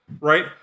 right